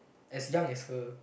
as young as her